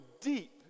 deep